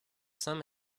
some